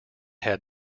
had